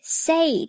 say